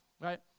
right